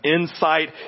insight